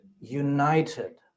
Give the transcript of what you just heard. united